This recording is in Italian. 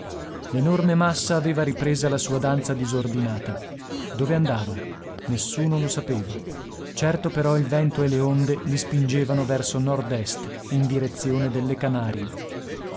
l'enorme massa aveva ripresa la sua danza disordinata dove andava nessuno lo sapeva certo però il vento e le onde li spingevano verso nord est in direzione delle canarie